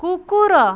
କୁକୁର